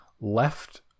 left